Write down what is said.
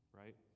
right